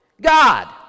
God